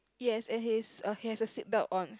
yes and he's okay is the seat belt on